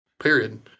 Period